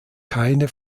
keine